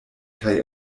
kaj